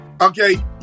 Okay